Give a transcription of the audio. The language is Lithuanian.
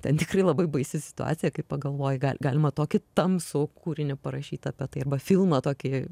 ten tikrai labai baisi situacija kai pagalvoji gal galima tokį tamsų kūrinį parašyti apie tai arba filmą tokį